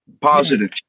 positive